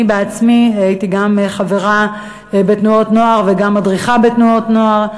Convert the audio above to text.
אני בעצמי הייתי גם חברה בתנועות נוער וגם מדריכה בתנועות נוער.